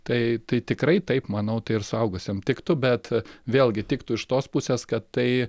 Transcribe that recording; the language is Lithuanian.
tai tai tikrai taip manau tai ir suaugusiam tiktų bet vėlgi tiktų iš tos pusės kad tai